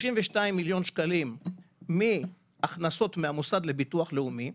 32 מיליון שקלים מהכנסות של המוסד לביטוח לאומי,